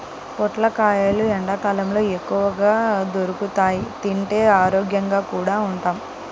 పొట్లకాయలు ఎండ్లకాలంలో ఎక్కువగా దొరుకుతియ్, తింటే ఆరోగ్యంగా కూడా ఉంటాం